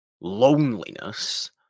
loneliness